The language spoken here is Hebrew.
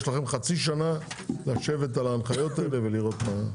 יש לכם חצי שנה לשבת על ההנחיות האלה ולראות מה.